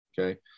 Okay